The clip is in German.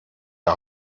der